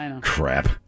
crap